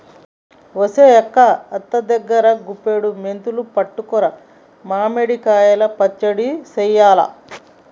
ఒసెయ్ అక్క అత్త దగ్గరా గుప్పుడి మెంతులు పట్టుకురా మామిడి కాయ పచ్చడి సెయ్యాల